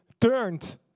turned